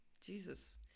jesus